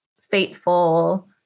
fateful